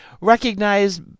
recognize